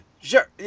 Sure